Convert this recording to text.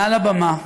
מעל הבמה,